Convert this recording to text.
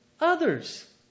others